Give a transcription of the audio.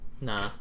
Nah